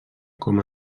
com